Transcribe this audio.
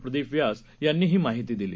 प्रदीपव्यासयांनीहीमाहितीदिली